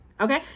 Okay